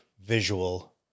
visual